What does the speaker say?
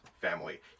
family